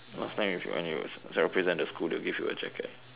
last time if you and you represent the school they'll give you a jacket